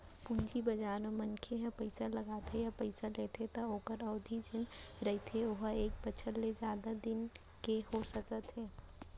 पूंजी बजार म मनखे ह पइसा लगाथे या पइसा लेथे त ओखर अबधि जेन रहिथे ओहा एक बछर ले जादा दिन के हो सकत हे